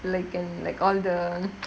like in like all the